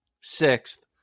sixth